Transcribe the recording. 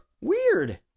Weird